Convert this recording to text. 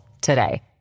today